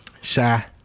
Shy